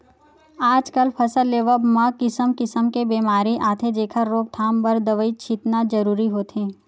आजकल फसल लेवब म किसम किसम के बेमारी आथे जेखर रोकथाम बर दवई छितना जरूरी होथे